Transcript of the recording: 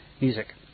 music